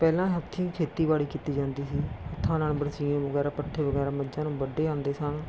ਪਹਿਲਾਂ ਹੱਥੀਂ ਖੇਤੀਬਾੜੀ ਕੀਤੀ ਜਾਂਦੀ ਸੀ ਹੱਥਾਂ ਨਾਲ ਬਰਸੀਮ ਵਗੈਰਾ ਪੱਠੇ ਵਗੈਰਾ ਮੱਝਾਂ ਨੂੰ ਵੱਢੇ ਜਾਂਦੇ ਸਨ